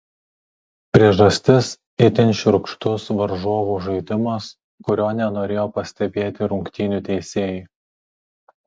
priežastis itin šiurkštus varžovų žaidimas kurio nenorėjo pastebėti rungtynių teisėjai